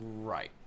Right